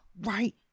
right